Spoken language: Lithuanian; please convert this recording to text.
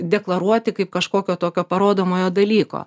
deklaruoti kaip kažkokio tokio parodomojo dalyko